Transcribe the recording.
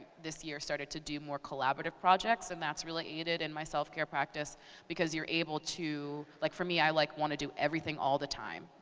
this year, i started to do more collaborative projects. and that's really aided in my self-care practice because you're able to like for me, i like wanna do everything all the time.